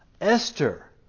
Esther